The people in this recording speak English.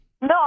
No